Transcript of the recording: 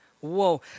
Whoa